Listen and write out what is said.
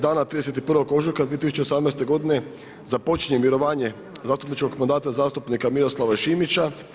Dana 31. ožujka 2018. godine započinje mirovanje zastupničkog mandata zastupnika Miroslava Šimića.